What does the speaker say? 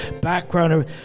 background